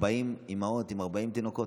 40 אימהות עם 40 תינוקות,